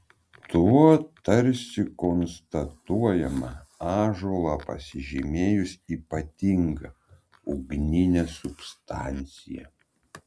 tuo tarsi konstatuojama ąžuolą pasižymėjus ypatinga ugnine substancija